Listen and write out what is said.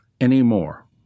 anymore